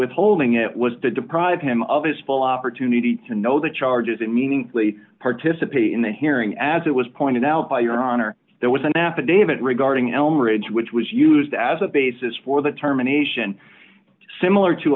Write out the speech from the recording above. withholding it was to deprive him of his full opportunity to know the charges it meaningfully participate in the hearing as it was pointed out by your honor there was an affidavit regarding elm ridge which was used as a basis for the terminations similar to